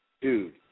dude